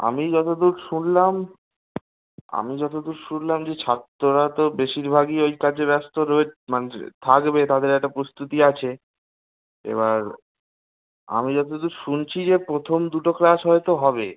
আমি যত দূর শুনলাম আমি যত দূর শুনলাম যে ছাত্ররা তো বেশিরভাগই ওই কাজে ব্যস্ত রয়ে মানুষে থাকবে তাদের একটা প্রস্তুতি আছে এবার আমি যত দূর শুনছি যে প্রথম দুটো ক্লাস হয়তো হবে